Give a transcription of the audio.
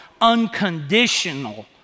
unconditional